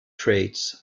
traits